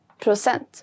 procent